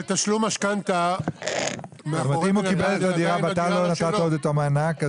זאת אומרת אם הוא קיבל את הדירה ואתה עדיין לא נתת לו את המענק,